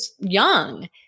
young